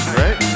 right